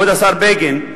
כבוד השר בגין,